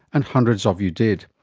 and hundreds of you did.